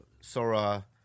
Sora